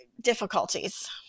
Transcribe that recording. difficulties